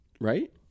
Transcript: Right